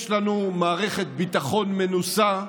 יש לנו מערכת ביטחון מנוסה,